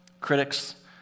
critics